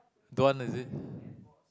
don't want is it